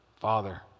Father